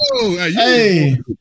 Hey